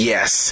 Yes